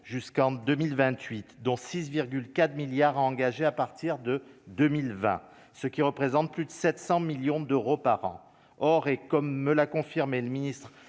jusqu'en 2028 dont 6 4 milliards à engager à partir de 2020, ce qui représente plus de 700 millions d'euros par an, or et comme me l'a confirmé le ministre